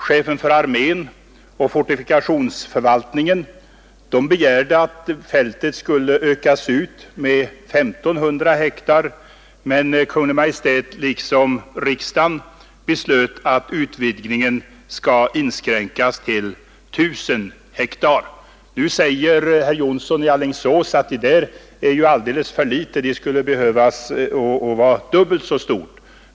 Chefen för armén och fortifikationsförvaltningen begärde att fältet skulle ökas ut med 1 500 hektar, men Kungl. Maj:t liksom riksdagen beslöt att utvidgningen skulle inskränkas till 1 000 hektar. Nu säger herr Jonsson i Alingsås att detta är alldeles för litet. Utvidgningen borde vara dubbelt så stor.